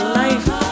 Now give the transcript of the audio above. life